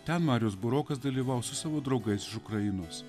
ten marius burokas dalyvaus su savo draugais iš ukrainos